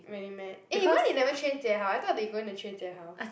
really meh eh why they never train Jie-Hao I thought they going to train Jie-Hao